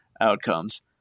outcomes